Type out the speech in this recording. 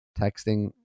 texting